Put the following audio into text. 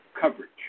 coverage